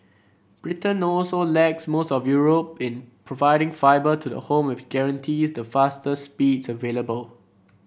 Britain also lags most of Europe in providing fibre to the home which guarantees the fastest speeds available